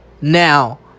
Now